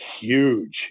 huge